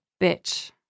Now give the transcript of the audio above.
bitch